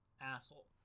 Asshole